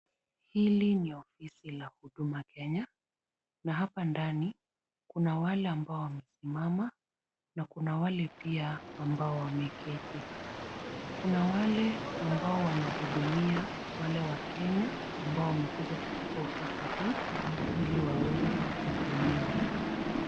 Hili ni ofisi la Huduma Kenya na hapa ndani kuna wale ambao wamesimama na kuna wale pia ambao wameketi. Kuna wale ambao wanahudumia wale wakenya ambao wamekuja katika ofisi hii ili waweze kuhudumiwa.